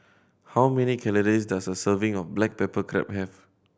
how many calories does a serving of black pepper crab have